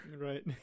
Right